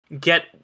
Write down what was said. get